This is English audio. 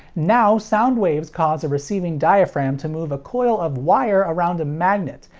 now, sound waves cause a receiving diaphragm to move a coil of wire around a magnet,